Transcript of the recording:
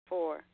Four